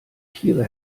tiere